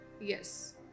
yes